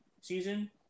season